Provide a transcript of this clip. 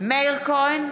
מאיר כהן,